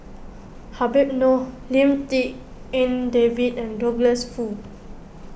Habib Noh Lim Tik En David and Douglas Foo